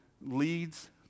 Leads